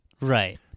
Right